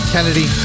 Kennedy